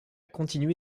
continué